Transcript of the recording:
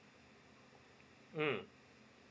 hmm